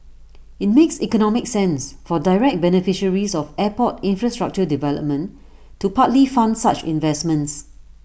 IT makes economic sense for direct beneficiaries of airport infrastructure development to partly fund such investments